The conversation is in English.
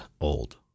old